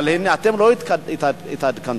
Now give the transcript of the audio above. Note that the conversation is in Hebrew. אבל אתם לא התעדכנתם.